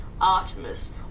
artemis